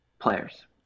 players